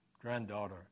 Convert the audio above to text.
granddaughter